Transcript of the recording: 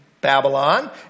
Babylon